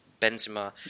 Benzema